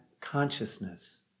consciousness